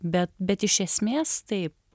bet bet iš esmės taip